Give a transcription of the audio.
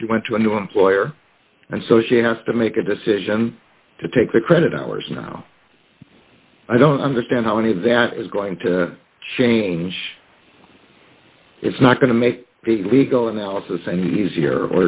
if she went to a new employer and so she has to make a decision to take the credit hours now i don't understand how any of that is going to change it's not going to make the legal analysis and easier